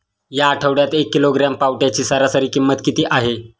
या आठवड्यात एक किलोग्रॅम पावट्याची सरासरी किंमत किती आहे?